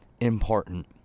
important